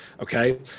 okay